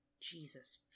Jesus